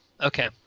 Okay